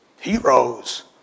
heroes